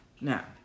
Now